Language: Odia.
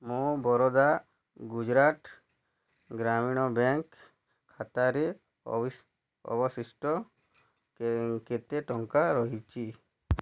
ମୋ ବରୋଦା ଗୁଜୁରାଟ ଗ୍ରାମୀଣ ବ୍ୟାଙ୍କ୍ ଖାତାରେ ଅବଶ ଅବଶିଷ୍ଟ କେ କେତେ ଟଙ୍କା ରହିଛି